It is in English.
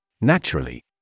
Naturally